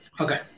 Okay